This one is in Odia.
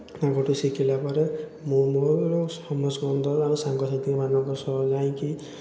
ତାଙ୍କଠାରୁ ଶିଖିଲାପରେ ମୁଁ ମୋର ସମସ୍ତଙ୍କର ସାଙ୍ଗସାଥୀମାନଙ୍କ ସହ ଯାଇକି